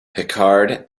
picard